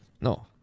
No